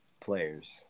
players